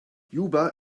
juba